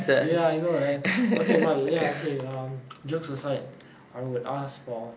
ya I know right okay but err jokes aside I would ask for